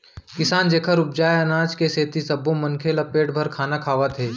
किसान जेखर उपजाए अनाज के सेती सब्बो मनखे ल पेट भर खाना खावत हे